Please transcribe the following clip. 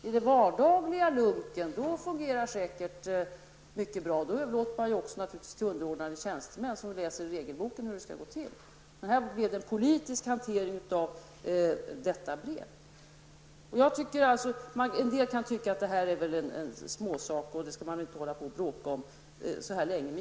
I den vardagliga lunken fungerar allt säkert mycket bra. Då överlåter man också mycket till underordnade tjänstemän, som läser i regelboken hur det skall gå till. Här blev det en politisk hantering av brevet. En del kan tycka att detta är en småsak som man inte skall hålla på och bråka om så länge.